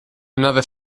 another